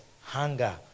hunger